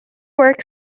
work